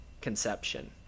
conception